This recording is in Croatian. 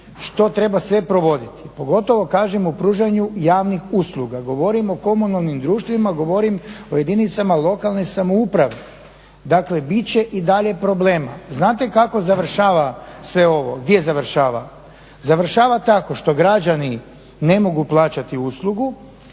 što treba sve provoditi, pogotovo kažem o pružanju javnih usluga, govorim o komunalnim društvima, govorim o jedinicama lokalne samouprave. Dakle, bit će i dalje problema. Znate kako završava sve ovo, gdje završava? Završava tako što građani ne mogu plaćati uslugu